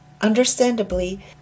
Understandably